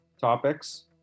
topics